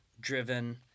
driven